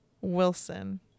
Wilson